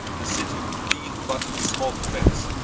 the citie being but of small defence,